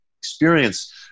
experience